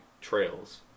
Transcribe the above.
trails